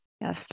Yes